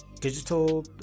digital